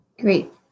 Great